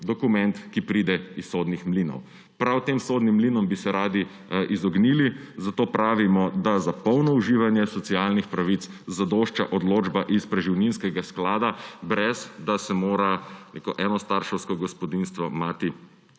ki pride iz sodnih mlinov. Prav tem sodnim mlinom bi se radi izognili, zato pravimo, da za polno uživanje socialnih pravic zadošča odločba iz preživninskega sklada, brez da se mora enostarševsko gospodinjstvo, mati,